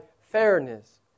fairness